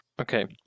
Okay